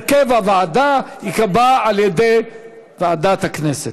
הרכב הוועדה ייקבע על ידי ועדת הכנסת.